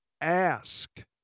ask